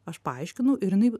aš paaiškinau ir jinai